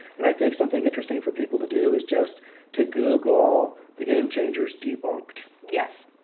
and i think something interesting for people to do is just to google the game changers debunked. yes.